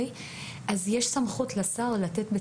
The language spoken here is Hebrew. יש סמכות לשר לקבוע,